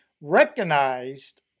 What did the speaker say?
recognized